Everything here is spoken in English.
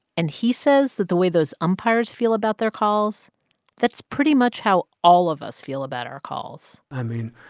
and he says that the way those umpires feel about their calls that's pretty much how all of us feel about our calls i mean,